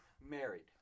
married